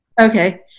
Okay